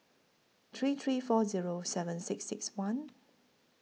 three three four Zero seven six six one